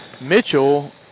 Mitchell